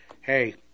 Hey